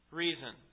reason